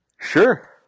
Sure